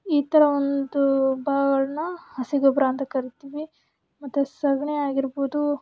ಈ ಥರ ಒಂದು ಭಾಗಗಳನ್ನ ಹಸಿಗೊಬ್ಬರ ಅಂತ ಕರಿತೀವಿ ಮತ್ತು ಸಗಣಿ ಆಗಿರ್ಬೋದು